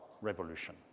revolution